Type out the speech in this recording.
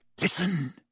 listen